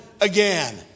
again